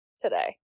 today